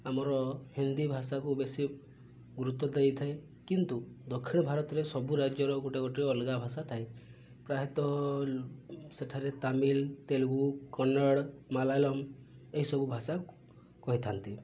ଆମର ହିନ୍ଦୀ ଭାଷାକୁ ବେଶୀ ଗୁରୁତ୍ୱ ଦେଇଥାଏ କିନ୍ତୁ ଦକ୍ଷିଣ ଭାରତରେ ସବୁ ରାଜ୍ୟର ଗୋଟେ ଗୋଟେ ଅଲଗା ଭାଷା ଥାଏ ପ୍ରାୟତଃ ସେଠାରେ ତାମିଲ ତେଲୁଗୁ କନ୍ନଡ଼ ମାଲାୟଲମ୍ ଏହିସବୁ ଭାଷା କହିଥାନ୍ତି